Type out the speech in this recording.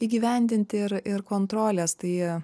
įgyvendinti ir ir kontrolės tai